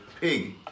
pig